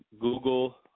Google